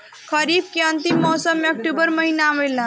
खरीफ़ के अंतिम मौसम में अक्टूबर महीना आवेला?